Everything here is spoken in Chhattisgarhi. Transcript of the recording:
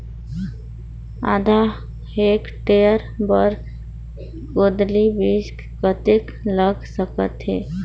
आधा हेक्टेयर बर गोंदली बीच कतेक लाग सकथे?